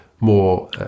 more